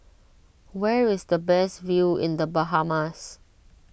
where is the best view in the Bahamas